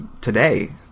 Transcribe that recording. today